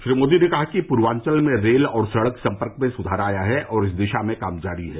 श्री मोदी ने कहा कि पूर्वांचल में रेल और सड़क सम्पर्क में सुधार आया है और इस दिशा में काम जारी है